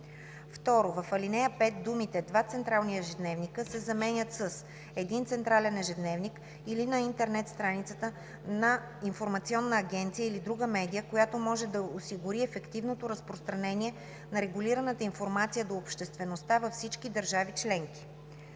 2. В ал. 5 думите „два централни ежедневника” се заменят с „един централен ежедневник или на интернет страницата на информационна агенция или друга медия, която може да осигури ефективното разпространение на регулираната информация до обществеността във всички държави членки”.